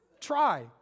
Try